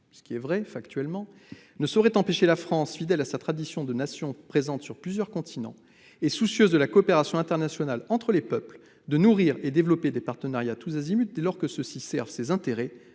»- c'est factuellement vrai -« ne saurait empêcher la France, fidèle à sa tradition de Nation présente sur plusieurs continents et soucieuse de la coopération internationale entre les peuples de nourrir et développer des partenariats tous azimuts dès lors que ceux-ci servent ses intérêts